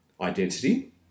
identity